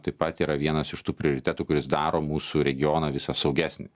taip pat yra vienas iš tų prioritetų kuris daro mūsų regioną visą saugesnį